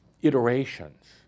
iterations